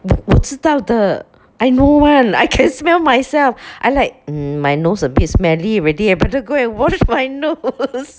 我我知道的 I know one I can smell myself I like mm my nose a bit smelly already I better go and wash my nose